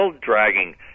dragging